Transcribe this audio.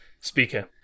Speaker